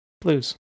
blues